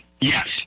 Yes